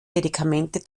medikamente